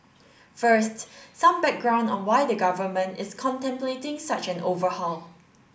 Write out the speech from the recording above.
first some background on why the Government is contemplating such an overhaul